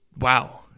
Wow